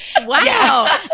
Wow